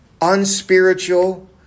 unspiritual